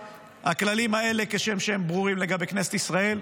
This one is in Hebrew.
הכללים האלה, כשם שהם ברורים לגבי כנסת ישראל,